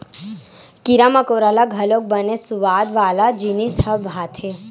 कीरा मकोरा ल घलोक बने सुवाद वाला जिनिस ह भाथे